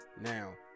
now